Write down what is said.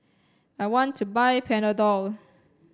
I want to buy Panadol